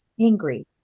Angry